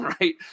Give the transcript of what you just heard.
right